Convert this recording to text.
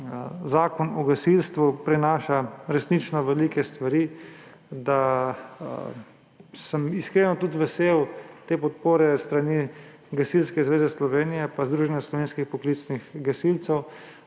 Zakon o gasilstvu prinaša resnično velike stvari, da sem iskreno vesel tudi te podpore s strani Gasilske zveze Slovenije in Združenja slovenskih poklicnih gasilcev.